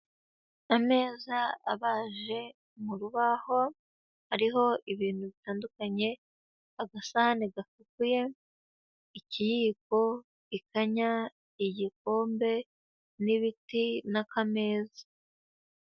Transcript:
Ameza abaje mu rubaho, hariho ibintu bitandukanye agasahani gafukuye, ikiyiko, ikanya, igikombe n'ibiti n'akameza.